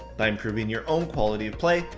by improving your own quality of play,